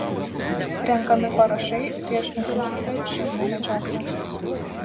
renkami parašai prieš intensyvią šernų medžioklę